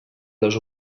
les